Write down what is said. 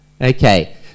Okay